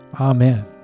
Amen